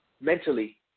mentally